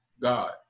god